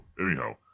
anyhow